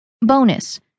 Bonus